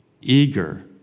eager